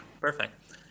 Perfect